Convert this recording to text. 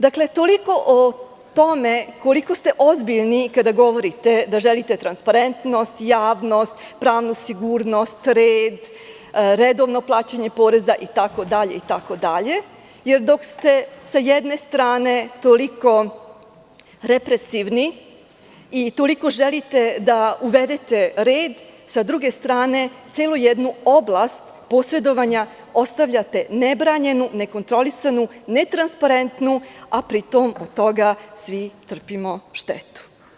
Dakle, toliko o tome koliko ste ozbiljni kada govorite da želite transparentnost, javnost, pravnu sigurnost, red, redovno plaćanje poreza itd, jer dok ste sa jedne strane toliko represivni i toliko želite da uvedete red, sa druge strane celu jednu oblast posredovanja ostavljate nebranjenu, nekontrolisanu, netransparentnu, a pri tome zbog toga svi trpimo štetu.